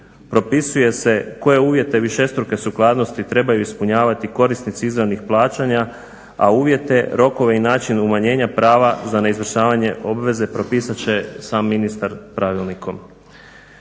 propisuje se koje uvjete višestruke sukladnosti trebaju ispunjavati korisnici izravnih plaćanja, a uvjete, rokove i način umanjenja prava za neizvršavanje obveze propisat će sam ministar pravilnikom.